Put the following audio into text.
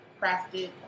Crafted